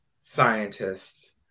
scientists